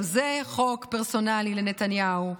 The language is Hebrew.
גם זה חוק פרסונלי לנתניהו.